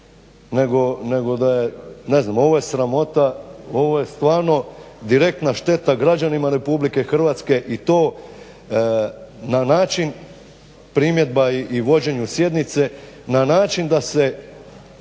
nego da je ne znam ovo je sramota, ovo je stvarno direktna šteta građanima RH i to na način primjedba i vođenju sjednice, na način da se